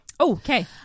Okay